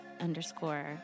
underscore